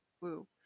woo